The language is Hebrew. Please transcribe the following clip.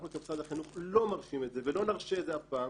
אנחנו כמשרד החינוך לא מרשים את זה ולא נרשה את זה אף פעם